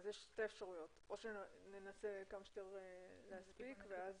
אפשר כמה שיותר להספיק ואז